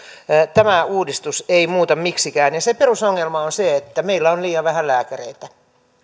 tämä uudistus ei muuta miksikään ja se perusongelma on se että meillä on liian vähän lääkäreitä